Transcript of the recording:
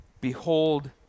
behold